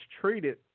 treated